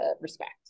respect